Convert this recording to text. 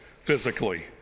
physically